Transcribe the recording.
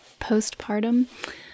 postpartum